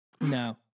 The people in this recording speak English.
No